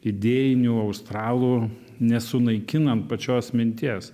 idėjinių australų nesunaikinant pačios minties